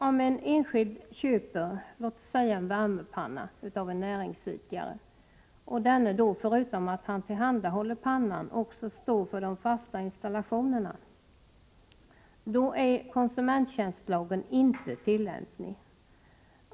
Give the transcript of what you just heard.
Om en enskild köper t.ex. en värmepanna av en näringsidkare och denne förutom att han tillhandahåller pannan också står för de fasta installationerna, då är konsumenttjänstlagen inte tillämplig.